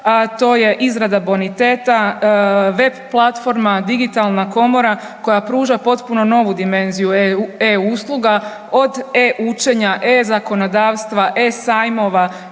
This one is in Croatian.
a to je izrada boniteta, VEP platforma, digitalna komora koja pruža potpuno novu dimenziju e-usluga od e-učenja, e-zakonodavstva, e-sajmova,